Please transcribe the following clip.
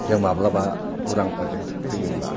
जों माब्लाबा उरां फोरजों फैयोब्ला